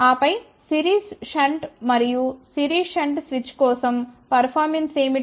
ఆపై series shunt మరియు series shunt switch కోసం పెర్ఫార్మన్స్ ఏమిటి